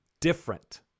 different